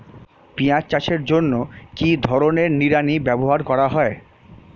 পিঁয়াজ চাষের জন্য কি ধরনের নিড়ানি ব্যবহার করা হয়?